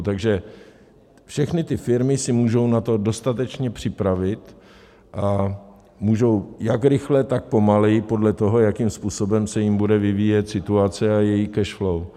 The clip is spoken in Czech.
Takže všechny ty firmy se můžou na to dostatečně připravit a můžou jak rychle, tak pomaleji, podle toho, jakým způsobem se jim bude vyvíjet situace a jejich cash flow.